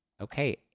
Okay